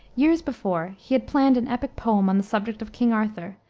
years before he had planned an epic poem on the subject of king arthur,